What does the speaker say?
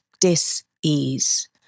Dis-ease